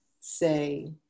say